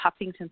Huffington